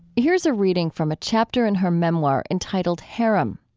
here's a reading from a chapter in her memoir entitled harem.